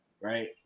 right